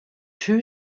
two